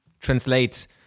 translate